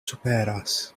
superas